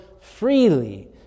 freely